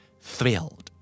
thrilled